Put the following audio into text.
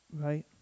right